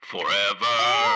forever